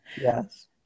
Yes